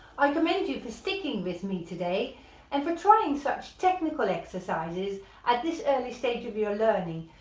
i commend you for sticking with me today and for trying such technical exercises at this early stage of your learning.